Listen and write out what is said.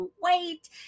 wait